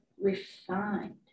refined